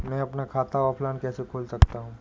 मैं अपना खाता ऑफलाइन कैसे खोल सकता हूँ?